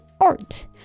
art